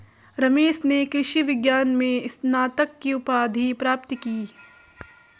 रमेश ने कृषि विज्ञान में स्नातक की उपाधि प्राप्त की